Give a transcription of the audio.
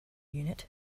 unit